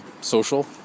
social